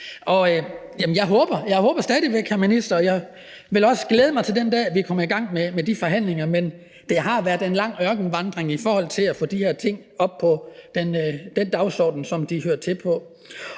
Jeg håber stadig væk, vil jeg sige til ministeren, og jeg vil også glæde mig til den dag, vi kommer i gang med de forhandlinger. Men det har været en lang ørkenvandring i forhold til at få de her ting på den dagsorden, som de hører til på.